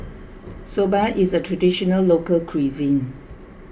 Soba is a Traditional Local Cuisine